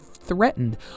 threatened